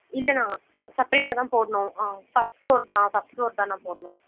இல்லணா செப்பரேட்டாகதான் போடணும் first floor first ஃப்ளோர்தானா போடணும்